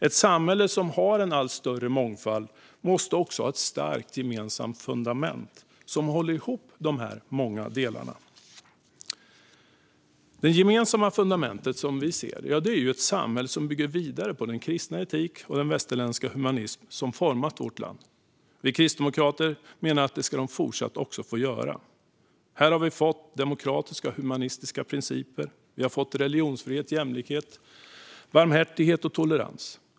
Ett samhälle som har en allt större mångfald måste också ha ett starkt gemensamt fundament som håller ihop de många delarna. Det gemensamma fundament som vi ser är ett samhälle som bygger vidare på den kristna etik och den västerländska humanism som format vårt land. Vi kristdemokrater menar att de ska få fortsätta att göra det. Här har vi fått demokratiska och humanistiska principer. Vi har fått religionsfrihet och jämlikhet, barmhärtighet och tolerans.